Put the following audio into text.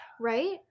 right